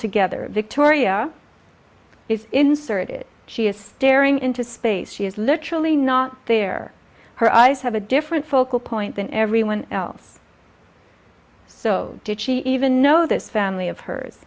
together victoria is inserted she is staring into space she is literally not there her eyes have a different focal point than everyone else so did she even know this family of hers